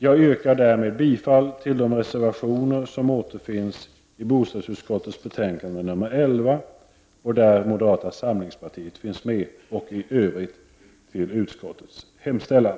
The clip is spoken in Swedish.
Jag yrkar härmed bifall till de reservationer i bostadsutskottets betänkande 11 där moderata samlingspartiet finns med och i övrigt till utskottets hemställan.